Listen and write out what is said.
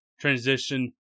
transition